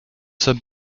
sommes